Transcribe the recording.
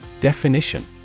Definition